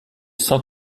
sans